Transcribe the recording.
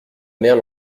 mère